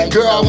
Girl